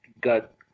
got